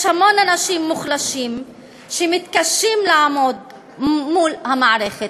יש המון אנשים מוחלשים שמתקשים לעמוד מול המערכת.